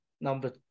number